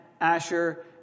Asher